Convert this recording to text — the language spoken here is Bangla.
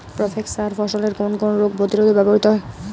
প্রোভেক্স সার ফসলের কোন কোন রোগ প্রতিরোধে ব্যবহৃত হয়?